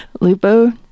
Lupo